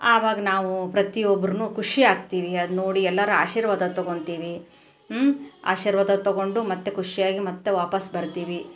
ಆವಾಗ ನಾವು ಪ್ರತಿ ಒಬ್ರು ಖುಷಿಯಾಗ್ತೀವಿ ಅದು ನೋಡಿ ಎಲ್ಲರ ಆಶೀರ್ವಾದ ತಗೊತೀವಿ ಆಶೀರ್ವಾದ ತಗೊಂಡು ಮತ್ತೆ ಖುಷಿಯಾಗಿ ಮತ್ತೆ ವಾಪಾಸ್ಸು ಬರ್ತೀವಿ